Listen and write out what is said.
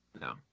No